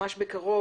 ממש בקרוב,